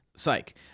Psych